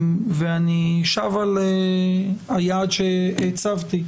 אני שב על היעד שהצבתי,